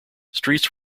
streets